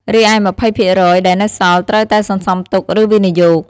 រីឯ ២០% ដែលនៅសល់ ត្រូវតែសន្សំទុក ឬវិនិយោគ។